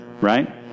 Right